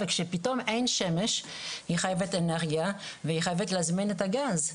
וכשפתאום אין שמש היא חייבת אנרגיה והיא חייבת להזמין את הגז,